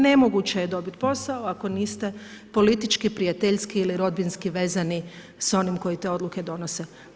Nemoguće je dobiti posao, ako niste politički, prijateljski ili rabinski vezani s onim koji te odluke donose.